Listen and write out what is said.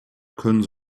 können